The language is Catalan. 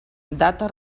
data